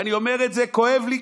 ואני אומר את זה וכואב לי,